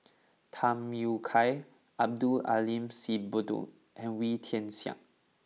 Tham Yui Kai Abdul Aleem Siddique and Wee Tian Siak